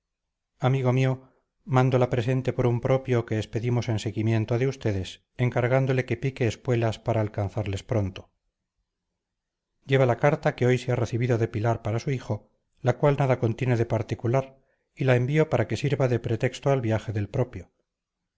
amigo mío mando la presente por un propio que expedimos en seguimiento de ustedes encargándole que pique espuelas para alcanzarles pronto lleva la carta que hoy se ha recibido de pilar para su hijo la cual nada contiene de particular y la envío para que sirva de pretexto al viaje del propio